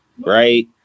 right